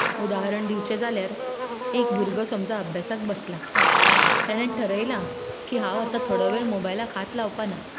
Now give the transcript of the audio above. उदाहरण दिवचें जाल्यार एक भुरगो समजा अभ्यासाक बसला तेणें ठरयलां की हांव आतां मोबायलाक थोडो वेळ हात लावपा ना